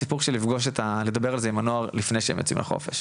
הסיפור של לדבר על זה עם הנוער לפני שהם יוצאים לחופש,